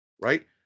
right